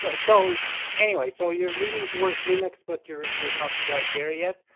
so so anyway, so you're leaning toward linux but you're you're not quite there yet.